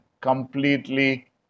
completely